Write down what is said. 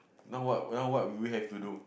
now what now what will we have to do